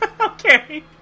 Okay